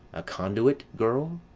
a conduit, girl?